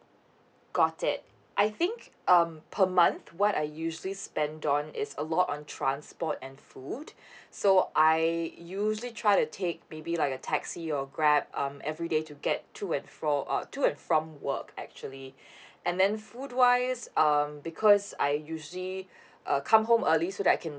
got it I think um per month what I usually spend on is a lot on transport and food so I usually try to take maybe like a taxi or grab um everyday to get to and fro~ err to and from work actually and then food wise um because I usually uh come home early so that I can